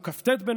הוא כ"ט בנובמבר,